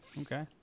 Okay